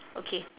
okay